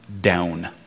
down